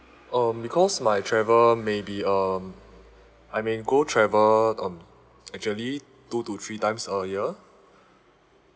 um because my travel maybe um I may go travel um actually two to three times a year